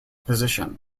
position